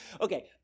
Okay